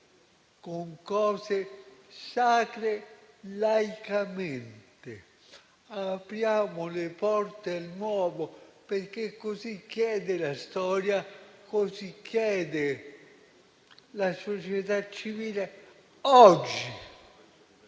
con cose sacre laicamente. Apriamo le porte al nuovo, perché così chiede la storia, così chiede la società civile oggi.